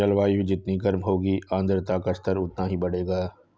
जलवायु जितनी गर्म होगी आर्द्रता का स्तर उतना ही बढ़ेगा